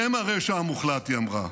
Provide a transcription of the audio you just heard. הם הרשע המוחלט, היא אמרה,